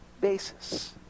basis